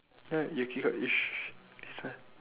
ya you can you sh~ listen